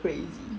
crazy